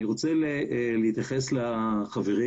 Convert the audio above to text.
אני רוצה להתייחס לדברי החברים